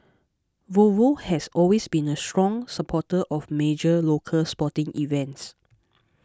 Volvo has always been a strong supporter of major local sporting events